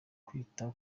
kwita